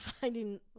finding